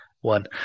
one